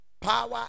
Power